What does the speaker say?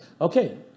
Okay